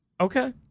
Okay